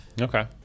Okay